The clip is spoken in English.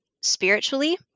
spiritually